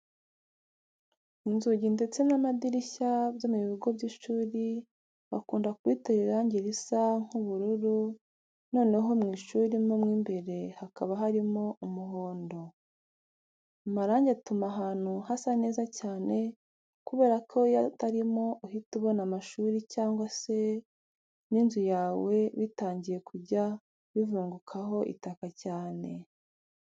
Inzugi ndetse n'amadirishya byo mu bigo by'ishuri bakunda kubitera irangi risa nk'ubururu, noneho mu ishuri mo imbere hakaba harimo umuhondo. Amarangi atuma ahantu hasa neza cyane kubera ko iyo atarimo uhita ubona amashuri cyangwa se n'inzu yawe bitangiiye kujya bivungukaho itaka cyane.